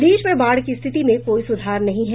प्रदेश में बाढ़ की स्थिति में कोई सुधार नहीं है